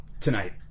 tonight